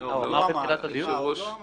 לא אמרתי עדין.